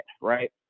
right